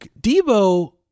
Debo